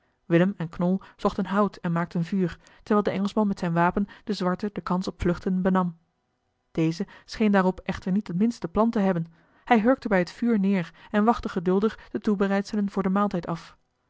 willem en knol zochten hout en maakten vuur terwijl de engelschman met zijn wapen den zwarte de kans op vluchten benam deze scheen daarop echter niet het minste plan te hebben hij hurkte bij het vuur neer en wachtte geduldig de toebereidselen voor den maaltijd af